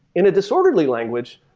in a disorderly language,